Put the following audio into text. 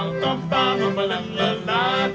i'm not i'm not